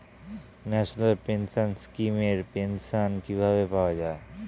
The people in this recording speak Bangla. ন্যাশনাল পেনশন স্কিম এর পেনশন কিভাবে পাওয়া যায়?